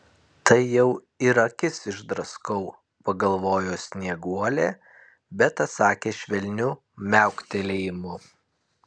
tai jau ir akis išdraskau pagalvojo snieguolė bet atsakė švelniu miauktelėjimu